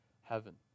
heaven